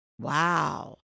Wow